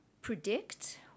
predict